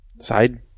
side